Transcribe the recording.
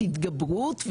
סעיף התגברות,